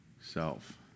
Self